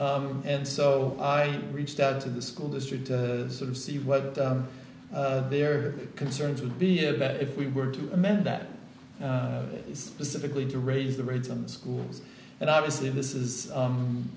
not and so i reached out to the school district to sort of see what their concerns would be about if we were to amend that specifically to raise the rates on the schools and obviously this is